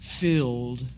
filled